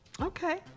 Okay